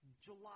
July